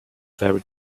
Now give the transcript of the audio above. very